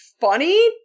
funny